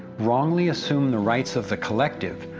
wrongly assume the rights of the collective,